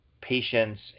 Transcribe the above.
patients